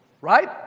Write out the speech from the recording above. Right